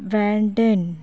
Brendan